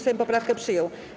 Sejm poprawkę przyjął.